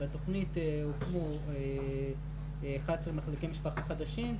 בתוכנית הוקמו 11 מחלקי משפחה חדשים,